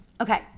okay